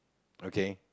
okay